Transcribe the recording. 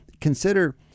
Consider